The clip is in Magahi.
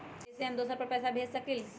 इ सेऐ हम दुसर पर पैसा भेज सकील?